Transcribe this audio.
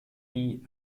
die